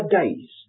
days